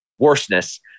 worseness